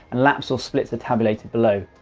and laps or splits are tabulated below.